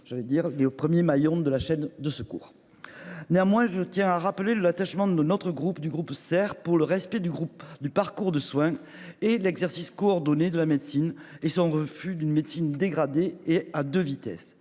j'allais dire les au 1er maillon de la chaîne de secours. Néanmoins je tiens à rappeler l'attachement de notre groupe, du groupe sert pour le respect du groupe du parcours de soin et l'exercice coordonné de la médecine et son refus d'une médecine dégradé et à 2 vitesses